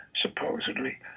supposedly